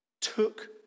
took